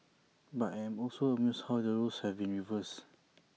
but I am also amused how the roles have been reversed